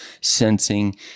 sensing